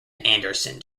anderson